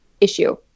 issue